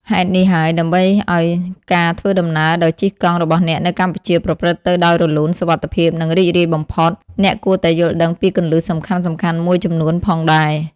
ហេតុនេះហើយ ដើម្បីឱ្យការធ្វើដំណើរដោយជិះកង់របស់អ្នកនៅកម្ពុជាប្រព្រឹត្តទៅដោយរលូន សុវត្ថិភាព និងរីករាយបំផុត អ្នកគួរតែយល់ដឹងពីគន្លឹះសំខាន់ៗមួយចំនួនផងដែរ។